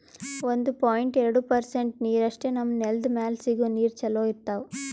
ಒಂದು ಪಾಯಿಂಟ್ ಎರಡು ಪರ್ಸೆಂಟ್ ನೀರಷ್ಟೇ ನಮ್ಮ್ ನೆಲ್ದ್ ಮ್ಯಾಲೆ ಸಿಗೋ ನೀರ್ ಚೊಲೋ ಇರ್ತಾವ